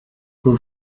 who